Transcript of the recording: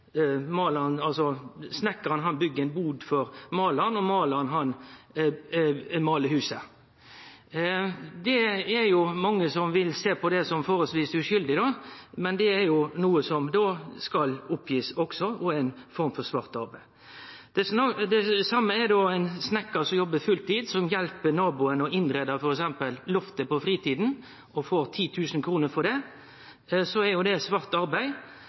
for målaren, og målaren målar huset. Det er mange som vil sjå på det som nokså uskuldig, men det er jo noko som skal givast opp, og det er ei form for svart arbeid. Det same er det når ein snikkar som jobbar full tid, hjelper naboen på fritida med å innreie f.eks. loftet og får 10 000 kr for det. Det er òg svart arbeid, sjølv om mange vil føle at det